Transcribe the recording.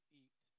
eat